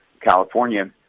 California